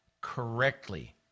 correctly